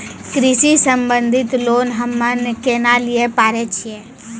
कृषि संबंधित लोन हम्मय केना लिये पारे छियै?